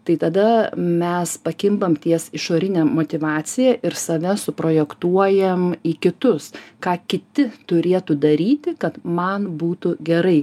tai tada mes pakimbam ties išorine motyvacija ir save suprojektuojam į kitus ką kiti turėtų daryti kad man būtų gerai